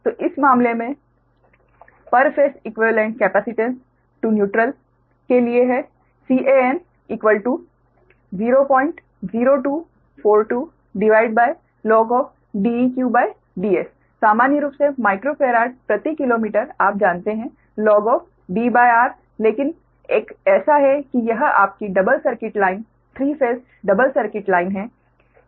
तो इस मामले में पर phase equivalent capacitance to neutral के लिए है Can00242log DeqDs सामान्य रूप से माइक्रोफेराड प्रति किलोमीटर आप जानते हैं log Dr लेकिन एक ऐसा है कि यह आपकी double circuit line 3 phase double circuit line है